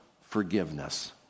forgiveness